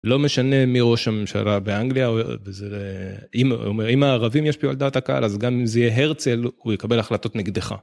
לא משנה מי ראש הממשלה באנגליה, אם אם הערבים ישפיעו על דעת הקהל אז גם אם זה יהיה הרצל הוא יקבל החלטות נגדך.